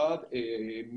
אחת,